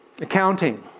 accounting